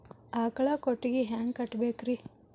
ಆಕಳ ಕೊಟ್ಟಿಗಿ ಹ್ಯಾಂಗ್ ಕಟ್ಟಬೇಕ್ರಿ?